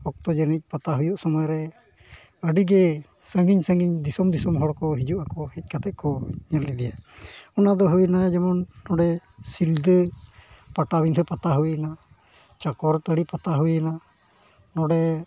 ᱚᱠᱛᱚ ᱡᱟᱹᱱᱤᱡ ᱯᱟᱛᱟ ᱦᱩᱭᱩᱜ ᱥᱚᱢᱚᱭ ᱨᱮ ᱟᱹᱰᱤ ᱜᱮ ᱥᱟᱺᱜᱤᱧ ᱥᱟᱺᱜᱤᱧ ᱫᱤᱥᱚᱢ ᱫᱤᱥᱚᱢ ᱦᱚᱲ ᱠᱚ ᱦᱤᱡᱩᱜ ᱟᱠᱚ ᱦᱮᱡ ᱠᱟᱛᱮ ᱠᱚ ᱧᱮᱞ ᱤᱫᱤᱭᱟ ᱚᱱᱟ ᱫᱚ ᱦᱩᱭᱱᱟ ᱡᱮᱢᱚᱱ ᱚᱸᱰᱮ ᱥᱤᱫᱟᱹ ᱯᱟᱴᱟ ᱵᱤᱸᱫᱷᱟᱹ ᱯᱟᱛᱟ ᱦᱩᱭᱱᱟ ᱪᱟᱠᱚᱨ ᱛᱟᱹᱲᱤ ᱯᱟᱛᱟ ᱦᱩᱭᱱᱟ ᱱᱚᱰᱮ